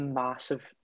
massive